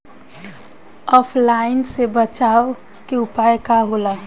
ऑफलाइनसे बचाव के उपाय का होला?